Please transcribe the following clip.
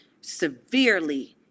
severely